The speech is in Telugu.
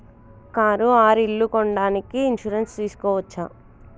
కారు ఆర్ ఇల్లు కొనడానికి ఇన్సూరెన్స్ తీస్కోవచ్చా?